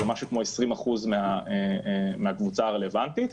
שזה משהו כמו 20% מהקבוצה הרלוונטית,